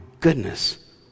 goodness